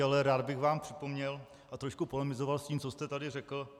Ale rád bych vám připomněl a trošku polemizoval s tím, co jste tady řekl.